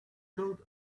code